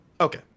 Okay